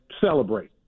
celebrate